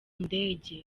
ndege